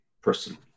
personally